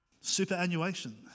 superannuation